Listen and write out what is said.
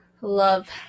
love